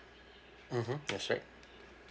mmhmm that's right